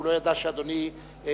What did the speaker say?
הואיל והוא לא ידע שאדוני ירחיב,